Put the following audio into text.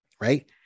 Right